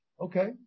Okay